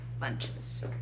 lunches